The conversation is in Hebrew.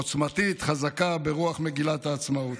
עוצמתית, חזקה, וברוח מגילת העצמאות.